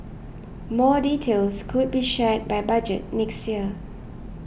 more details could be shared by Budget next year